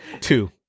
Two